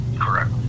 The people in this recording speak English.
correct